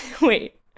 Wait